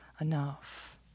enough